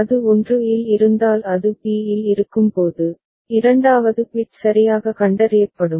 அது 1 இல் இருந்தால் அது b இல் இருக்கும்போது இரண்டாவது பிட் சரியாக கண்டறியப்படும்